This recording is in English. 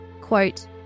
Quote